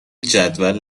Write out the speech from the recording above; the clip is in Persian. جدول